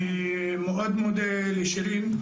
אני מאוד מודה לשירין,